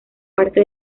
parte